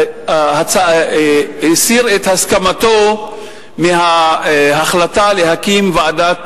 הסיר את הסכמתו להחלטה להקים ועדת